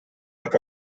out